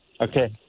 Okay